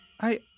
I-